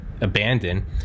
abandon